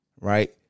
right